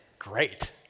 great